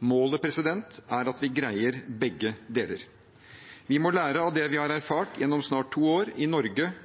Målet er at vi greier begge deler. Vi må lære av det vi har erfart gjennom snart to år, i Norge